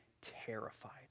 terrified